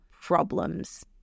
problems